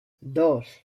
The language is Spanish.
dos